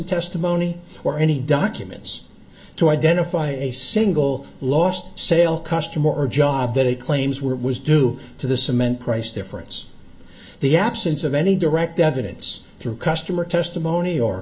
testimony or any documents to identify a single lost sale customer or job that it claims were was due to the cement price difference the absence of any direct evidence through customer testimony or